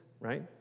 right